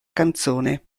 canzone